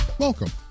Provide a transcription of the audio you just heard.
Welcome